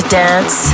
dance